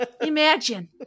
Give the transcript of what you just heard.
Imagine